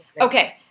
Okay